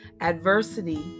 Adversity